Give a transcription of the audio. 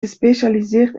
gespecialiseerd